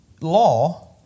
law